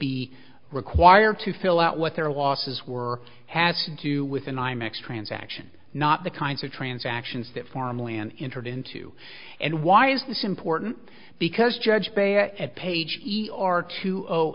be required to fill out what their losses were had to do with an imax transaction not the kinds of transactions that farmland entered into and why is this important because judge at page are two